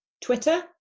Twitter